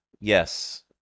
Yes